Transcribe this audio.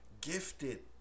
gifted